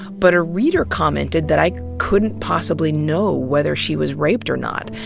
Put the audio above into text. but a reader commented that i couldn't possibly know whether she was raped or not.